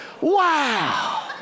Wow